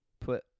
put